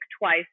twice